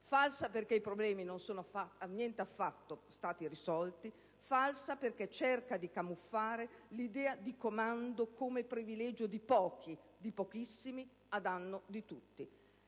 falsa, perché i problemi non sono niente affatto risolti e perché cerca di camuffare l'idea del comando come privilegio di pochissimi, a danno di tutti.